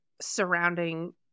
surrounding